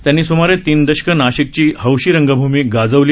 त्यांनी सुमारे तीन दशकं नाशिकची हौशी रंगभूमी गाजवली